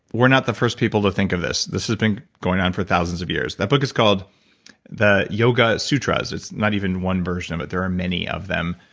we're not the first people to think of this. this has been going on for thousands of years. that book is called yoga sutras. it's not even one version of it. there are many of them.